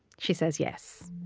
she says yes.